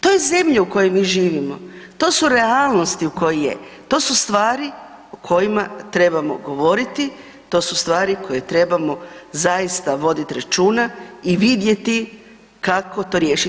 To je zemlja u kojoj mi živimo, to su realnosti u kojoj je, to su stvari o kojima trebamo govoriti, to su stvari o kojima trebamo zaista voditi računa i vidjeti kako to riješiti.